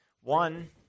One